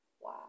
Wow